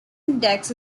index